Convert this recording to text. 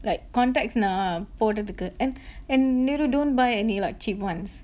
like contacts நா போடறதுக்கு:naa podaruthukku and and neru don't buy any like cheap ones